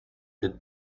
did